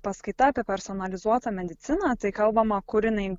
paskaita apie personalizuotą mediciną tai kalbama kur jinai